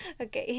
Okay